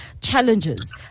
challenges